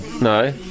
No